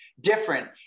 different